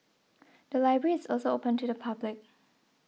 the library is also open to the public